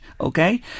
okay